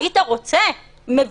אני שומעת,